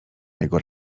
jego